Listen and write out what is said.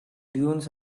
dunes